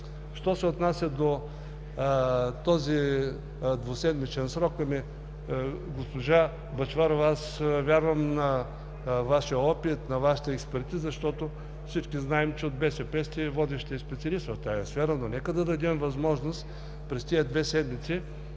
Що се отнася до този двуседмичен срок, госпожо Бъчварова, аз вярвам на Вашия опит, на Вашата експертиза, защото всички знаем, че от БСП сте водещият специалист в тази сфера, но нека да дадем възможност през тези две седмици,